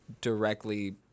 directly